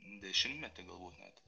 dešimtmetį galbūt net